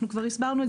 אנחנו כבר הסברנו.